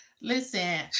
Listen